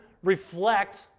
Reflect